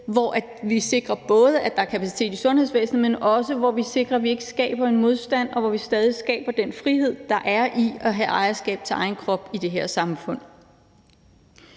hvor vi både sikrer, at der er kapacitet i sundhedsvæsenet, men hvor vi også sikrer, at vi ikke skaber en modstand, og hvor vi stadig skaber den frihed, der er i at have ejerskab til egen krop i det her samfund.